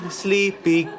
sleepy